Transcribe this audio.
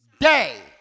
day